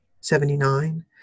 seventy-nine